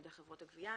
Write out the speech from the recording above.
חברות הגבייה.